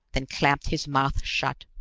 then clamped his mouth shut.